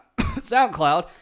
SoundCloud